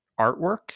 artwork